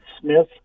Smith